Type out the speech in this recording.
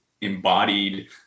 embodied